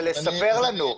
אלא לספר לנו.